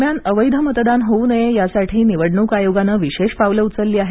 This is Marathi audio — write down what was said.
दरम्यान अवैध मतदान होऊ नये यासाठी निवडणूक आयोगानं विशेष पावले उचलली आहेत